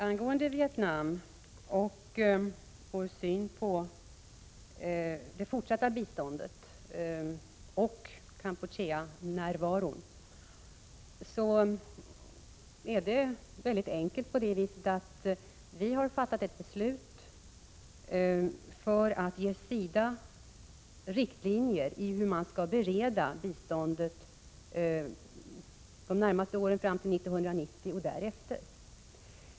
Angående Vietnam och vår syn på det fortsatta biståndet och närvaron i Kampuchea vill jag säga att vi har fattat ett beslut för att ge SIDA riktlinjer för hur man skall bereda biståndet de närmaste åren fram till 1990 och därefter.